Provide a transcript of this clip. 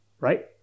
right